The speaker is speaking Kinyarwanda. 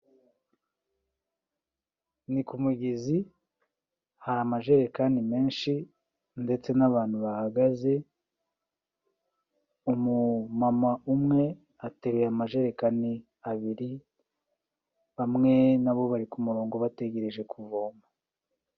Ni ku mugezi, hari amajerekani menshi ndetse n'abantu bahagaze, umumama umwe ateruye amajerekani abiri, bamwe nabo bari ku murongo bategereje kuvoma.